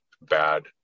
bad